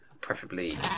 preferably